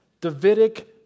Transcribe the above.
Davidic